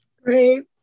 great